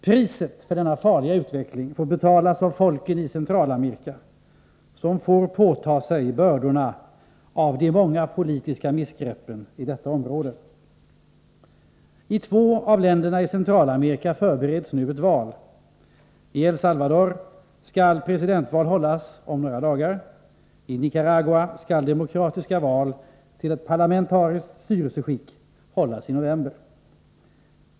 Priset för denna farliga utveckling får Onsdagen den betalas av folken i Centralamerika, som får påta sig bördorna till följd av de 21 mars 1984 många politiska missgreppen i detta område. I två av länderna i Centralamerika förbereds nu ett val. I El Salvador skall Utrikesdebatt presidentval hållas om några dagar, och i Nicaragua skall demokratiska val till ett parlamentariskt styrelseskick hållas i november.